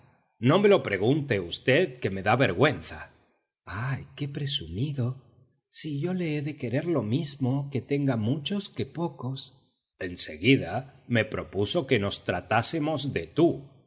no me lo pregunte usted que me da vergüenza ah qué presumido si yo le he de querer lo mismo que tenga muchos que pocos en seguida me propuso que nos tratásemos de tú